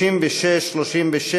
36 37,